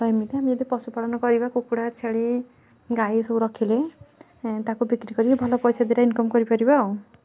ତ ଏମିତି ଆମେ ଯଦି ପଶୁପାଳନ କରିବା କୁକୁଡ଼ା ଛେଳି ଗାଈ ସବୁ ରଖିଲେ ତାକୁ ବିକ୍ରି କରିକି ଭଲ ପଇସା ଦୁଇଟା ଇନକମ୍ କରିପାରିବା ଆଉ